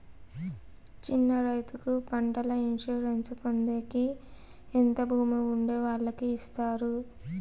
చిన్న రైతుకు పంటల ఇన్సూరెన్సు పొందేకి ఎంత భూమి ఉండే వాళ్ళకి ఇస్తారు?